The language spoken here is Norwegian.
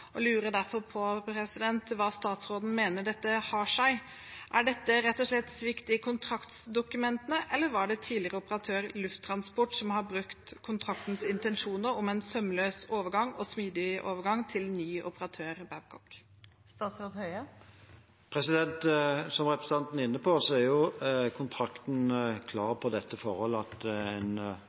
lurer derfor på hvordan statsråden mener dette har seg. Er det rett og slett svikt i kontraktsdokumentene, eller er det tidligere operatør, Lufttransport, som har brutt kontraktens intensjoner om en sømløs og smidig overgang til ny operatør, Babcock? Som representanten er inne på, er kontrakten klar på dette forholdet, at en